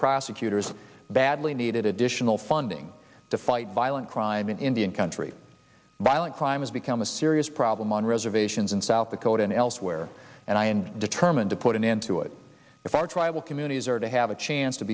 prosecutors badly needed additional funding to fight violent crime in indian country violent crime has become a serious problem on reservations in south dakota and elsewhere and i determined to put an end to it if our tribal communities are to have a chance to